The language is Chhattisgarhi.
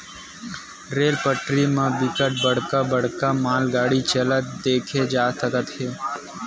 रेल पटरी म बिकट बड़का बड़का मालगाड़ी चलत देखे जा सकत हे